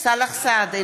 סאלח סעד,